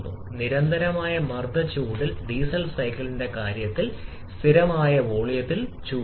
അതിനാൽ മോളുകളുടെ എണ്ണം വർദ്ധിച്ചാൽ മർദ്ദം മോളുകളുടെ എണ്ണം വർദ്ധിപ്പിക്കും സമ്മർദ്ദം കുറയുകയും അതുവഴി വർക്ക്